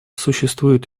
существует